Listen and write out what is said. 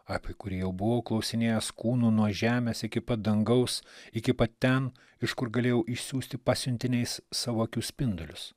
apie kurį jau buvau klausinėjęs kūnu nuo žemės iki pat dangaus iki pat ten iš kur galėjau išsiųsti pasiuntiniais savo akių spindulius